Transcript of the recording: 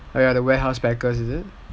oh ya the warehouse packers is it